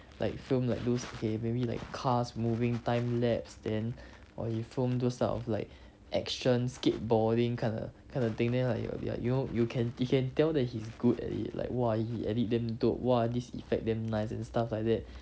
like film like those okay maybe like cars moving time lapse then or you film those type of like action skateboarding kinda kinda thing then like you will be like you know you can you can tell that he's good at it like !wah! he edit damn dope !wah! this effect damn nice and stuff like that